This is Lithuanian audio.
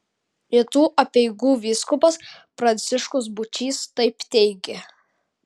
rytų apeigų vyskupas pranciškus būčys taip teigė